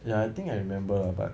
ya I think I remember but